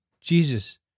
Jesus